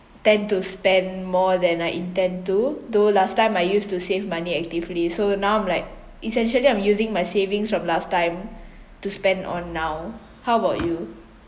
tend to spend more than I intend to though last time I used to save money actively so now I'm like essentially I'm using my savings from last time to spend on now how about you